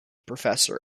professor